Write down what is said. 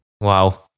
Wow